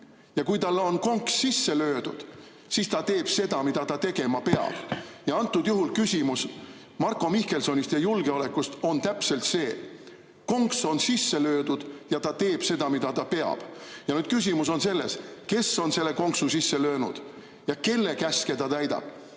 Ja kui talle on konks sisse löödud, siis ta teeb seda, mida ta tegema peab. Ja antud juhul küsimus Marko Mihkelsonist ja julgeolekust on täpselt see: konks on sisse löödud ja ta teeb seda, mida ta peab. Küsimus on selles, kes on selle konksu sisse löönud ja kelle käske ta täidab.